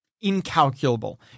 incalculable